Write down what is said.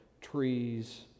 trees